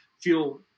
feel